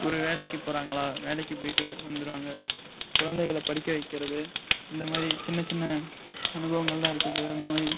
ஒரு வேலைக்கு போகிறாங்களா வேலைக்கு போய்விட்டு வந்துடுவாங்க குழந்தைகளை படிக்க வைக்கிறது இந்த மாதிரி சின்ன சின்ன அனுபவங்கள் தான் இருக்குது இந்த மாதிரி